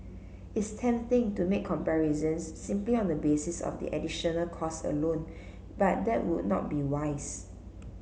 it's tempting to make comparisons simply on the basis of the additional cost alone but that would not be wise